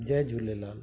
Jay Jhulelal